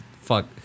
fuck